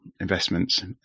investments